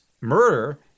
murder